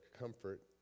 comfort